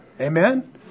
Amen